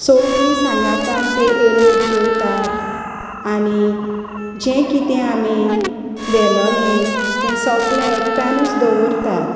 सोगलीं सांगातान ते येळेर जेवतात आनी जें कितें आमी व्हेलोलें तें सोगलें एकट्यानूच दवरतात